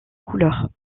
couleurs